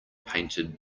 painted